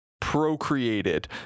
procreated